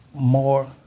more